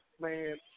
man